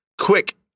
Quick